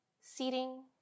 seating